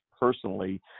personally